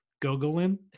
gogolin